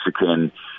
Mexican